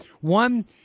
one